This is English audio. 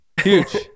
huge